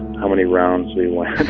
how many rounds we went.